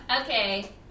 okay